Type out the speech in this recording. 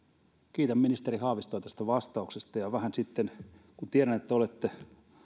kiitän ministeri haavistoa tästä vastauksesta ja kun tiedän että olette